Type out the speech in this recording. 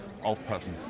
Aufpassen